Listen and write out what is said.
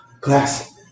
class